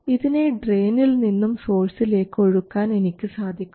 ഇതിനെ ഡ്രയിനിൽ നിന്നും സോഴ്സിലേക്ക് ഒഴുക്കാൻ എനിക്ക് സാധിക്കും